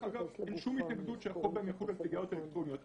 אין לנו התנגדות שהחוק יחול גם על סיגריות אלקטרוניות.